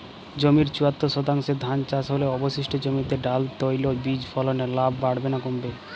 জমির চুয়াত্তর শতাংশে ধান চাষ হলে অবশিষ্ট জমিতে ডাল তৈল বীজ ফলনে লাভ বাড়বে না কমবে?